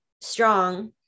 strong